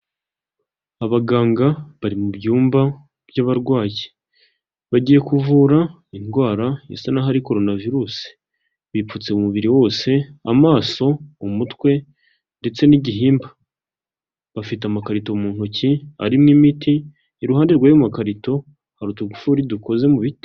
Abaganga bari mu byumba by'abarwayi, bagiye kuvura indwara isa n'aho ari korona virusi, bipfutse umubiri wose, amaso, umutwe, ndetse n'igihimba, bafite amakarito mu ntoki arimo imiti, iruhande rw'ayo ma karito, hari utugufuri dukoze mu biti.